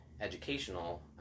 educational